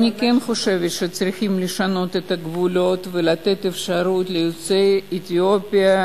אני כן חושבת שצריכים לשנות את הגבולות ולתת אפשרות לעולי אתיופיה